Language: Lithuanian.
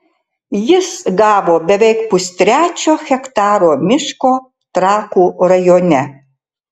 jis gavo beveik pustrečio hektaro miško trakų rajone